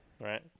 Right